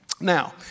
Now